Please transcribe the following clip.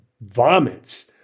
vomits